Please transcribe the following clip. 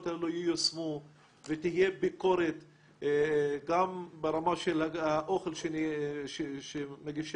האלה ייושמו ותהיה ביקורת גם ברמה של האוכל שמגישים